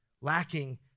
lacking